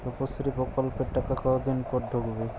রুপশ্রী প্রকল্পের টাকা কতদিন পর ঢুকবে?